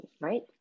right